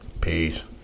Peace